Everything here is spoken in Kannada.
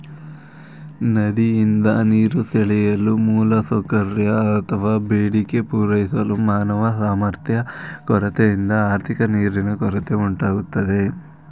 ನದಿಯಿಂದ ನೀರು ಸೆಳೆಯಲು ಮೂಲಸೌಕರ್ಯ ಅತ್ವ ಬೇಡಿಕೆ ಪೂರೈಸಲು ಮಾನವ ಸಾಮರ್ಥ್ಯ ಕೊರತೆಯಿಂದ ಆರ್ಥಿಕ ನೀರಿನ ಕೊರತೆ ಉಂಟಾಗ್ತದೆ